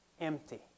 empty